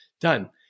done